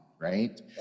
right